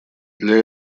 для